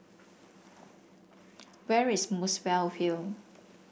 where is Muswell Hill